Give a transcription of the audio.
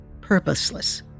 purposeless